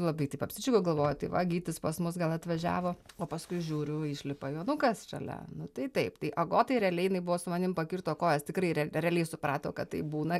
labai taip apsidžiaugiau galvoju tai va gytis pas mus gal atvažiavo o paskui žiūriu išlipa jonukas šalia nu tai taip tai agotai realiai jinai buvo su manim pakirto kojas tikrai re realiai suprato kad taip būna